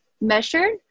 measured